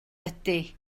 ydy